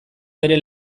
bere